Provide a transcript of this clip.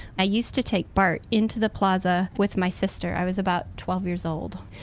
i used to take bart into the plaza with my sister. i was about twelve years old.